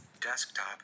Desktop